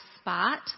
spot